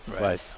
right